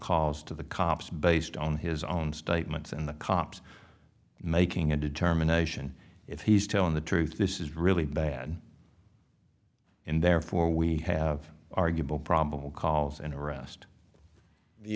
cause to the cops based on his own statements and the cops making a determination if he's telling the truth this is really bad and therefore we have arguable probable cause and arrest the